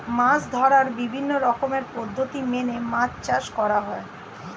মাছ ধরার বিভিন্ন রকমের পদ্ধতি মেনে মাছ চাষ করা হয়